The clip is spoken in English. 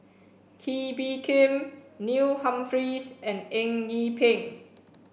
Kee Bee Khim Neil Humphreys and Eng Yee Peng